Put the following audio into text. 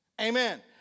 Amen